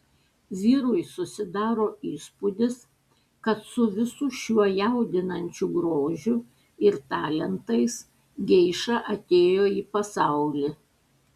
vyrui susidaro įspūdis kad su visu šiuo jaudinančiu grožiu ir talentais geiša atėjo į pasaulį